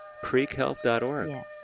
creekhealth.org